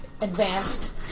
advanced